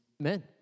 Amen